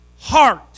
heart